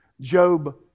job